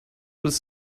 was